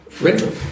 rental